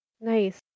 Nice